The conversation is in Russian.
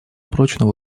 прочного